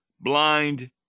blind